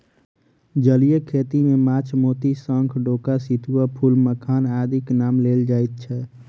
जलीय खेती मे माछ, मोती, शंख, डोका, सितुआ, फूल, मखान आदिक नाम लेल जाइत छै